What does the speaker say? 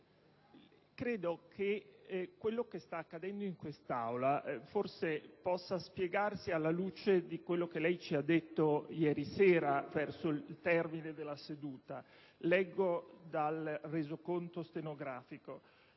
forse quanto sta accadendo in quest'Aula può spiegarsi alla luce di ciò che lei ci ha detto ieri sera, verso il termine della seduta. Leggo dal resoconto stenografico: